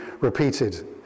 repeated